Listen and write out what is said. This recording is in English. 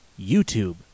YouTube